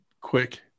quick